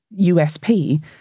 USP